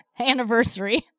anniversary